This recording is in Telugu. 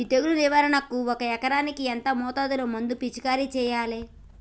ఈ తెగులు నివారణకు ఒక ఎకరానికి ఎంత మోతాదులో మందు పిచికారీ చెయ్యాలే?